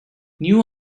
new